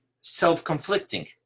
self-conflicting